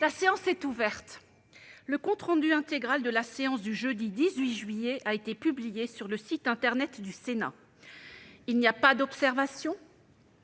La séance est ouverte. Le compte rendu intégral de la séance du jeudi 18 juillet 2019 a été publié sur le site internet du Sénat. Il n'y a pas d'observations ?